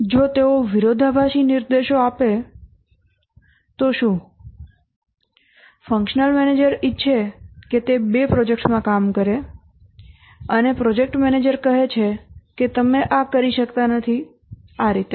અને જો તેઓ વિરોધાભાસી નિર્દેશો આપે તો શું ફંક્શનલ મેનેજર ઇચ્છે છે કે તે બે પ્રોજેક્ટમાં કામ કરે અને પ્રોજેક્ટ મેનેજર કહે છે કે તમે આ કરી શકતા નથી વગેરે